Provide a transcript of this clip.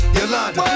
Yolanda